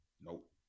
nope